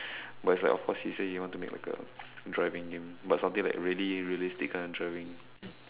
but it's like of course he say he want to make like a driving game but something that really realistic kind of driving